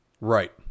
Right